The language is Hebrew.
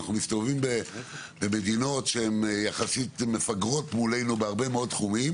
אנחנו מסתובבים במדינות שהן יחסית מפגרות מולנו בהרבה מאוד תחומים